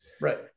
Right